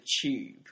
tube